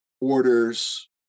orders